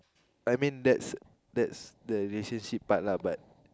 I mean that's that's the relationship part lah but